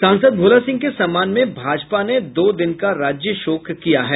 सांसद भोला सिंह के सम्मान में भाजपा ने दो दिन का राज्य शोक किया है